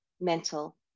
mental